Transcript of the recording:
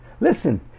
listen